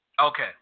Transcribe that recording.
Okay